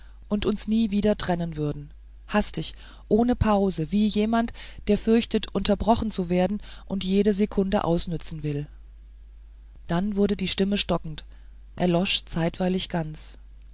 und uns nie wieder trennen würden hastig ohne pause wie jemand der fürchtet unterbrochen zu werden und jede sekunde ausnützen will dann wurde die stimme stockend erlosch zeitweilig ganz